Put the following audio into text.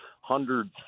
hundreds